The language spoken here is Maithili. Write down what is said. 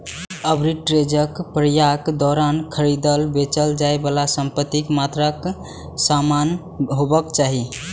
आर्बिट्रेजक प्रक्रियाक दौरान खरीदल, बेचल जाइ बला संपत्तिक मात्रा समान हेबाक चाही